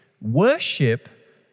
worship